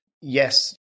Yes